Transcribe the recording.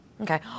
Okay